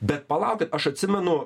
bet palaukit aš atsimenu